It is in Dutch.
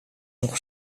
nog